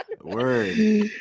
Word